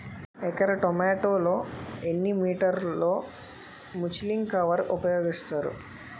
ఎకర టొమాటో లో ఎన్ని మీటర్ లో ముచ్లిన్ కవర్ ఉపయోగిస్తారు?